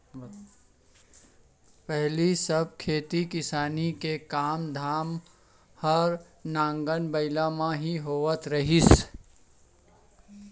पहिली सब खेती किसानी के काम धाम हर नांगर बइला म ही होवत रहिस हे